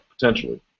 potentially